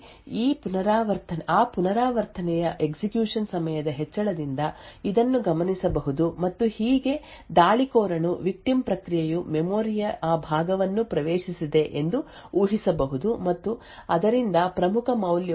ಆದ್ದರಿಂದ ಸ್ಪೈ ಪ್ರಕ್ರಿಯೆಯಲ್ಲಿ ಆ ಪುನರಾವರ್ತನೆಯ ಎಕ್ಸಿಕ್ಯೂಶನ್ ಸಮಯದ ಹೆಚ್ಚಳದಿಂದ ಇದನ್ನು ಗಮನಿಸಬಹುದು ಮತ್ತು ಹೀಗೆ ದಾಳಿಕೋರನು ವಿಕ್ಟಿಮ್ ಪ್ರಕ್ರಿಯೆಯು ಮೆಮೊರಿ ಯ ಆ ಭಾಗವನ್ನು ಪ್ರವೇಶಿಸಿದೆ ಎಂದು ಊಹಿಸಬಹುದು ಮತ್ತು ಅದರಿಂದ ಪ್ರಮುಖ ಮೌಲ್ಯವು 0xಎಎ ಅಥವಾ 0xಎಎ ಹತ್ತಿರ ಯಾವುದಾದರೂ ಆಗಿರಬಹುದು ಎಂದು ಊಹಿಸಬಹುದು